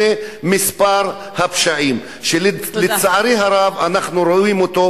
ממספר הפשעים שלצערי הרב אנחנו רואים אותם,